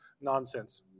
nonsense